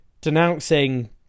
denouncing